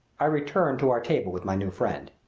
i returned to our table with my new friend.